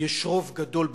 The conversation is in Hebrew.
יש רוב גדול בכנסת,